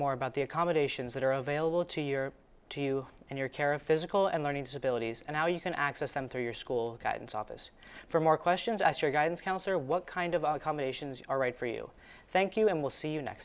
more about the accommodations that are available to your to you and your care of physical and learning disabilities and how you can access them through your school guidance office for more questions as your guidance counselor what kind of accommodations are right for you thank you and we'll see